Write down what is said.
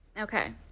Okay